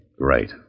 Great